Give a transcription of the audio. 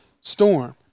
storm